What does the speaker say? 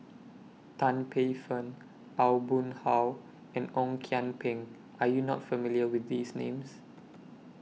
Tan Paey Fern Aw Boon Haw and Ong Kian Peng Are YOU not familiar with These Names